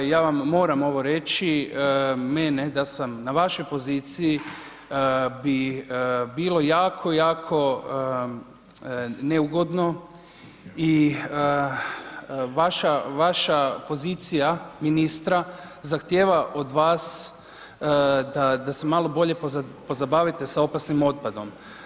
Ja vam moram ovo reći, mene da sam na vašoj poziciji bi bilo jako, jako neugodno i vaša pozicija ministra zahtijeva od vas da se malo bolje pozabavite sa opasnim otpadom.